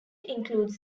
includes